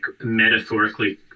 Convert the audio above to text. metaphorically